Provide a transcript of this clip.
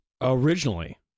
Originally